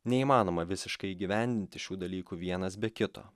neįmanoma visiškai įgyvendinti šių dalykų vienas be kito